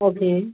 okay